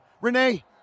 Renee